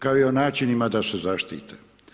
Kao i načinima da se zaštite.